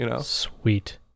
Sweet